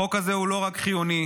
החוק הזה הוא לא רק חיוני,